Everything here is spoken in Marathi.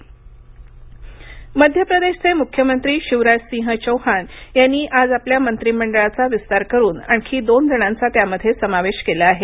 मप्र कॅबिनेट मध्यप्रदेशचे मुख्यमंत्री शिवराजसिंह चौहान यांनी आज आपल्या मंत्रिमंडळाचा विस्तार करून आणखी दोन जणांचा त्यामध्ये समावेश केला आहे